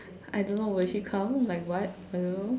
I don't know will she come like what I don't know